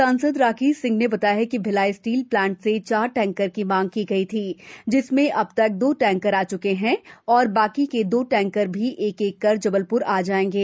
सांसद राकेश सिंह ने बताया कि भिलाई स्टील प्लान्ट से चार टैंकर की माँग की गई थी जिसमें अब तक दो टैंकर आ च्के हैं और बाकी के दो टैंकर भी एक एक कर जबलप्र आ जाएँगे